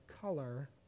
color